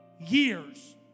years